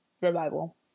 revival